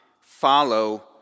follow